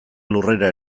lurrera